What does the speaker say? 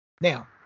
Now